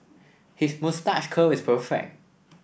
his moustache curl is perfect